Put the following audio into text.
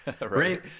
right